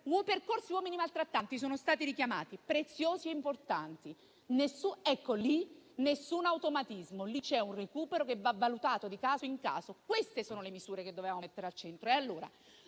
I percorsi degli uomini maltrattanti sono qui stati richiamati, come preziosi e importanti. Ecco: in questo caso nessun automatismo. Lì c'è un recupero che va valutato di caso in caso. Queste sono le misure che dovevamo mettere al centro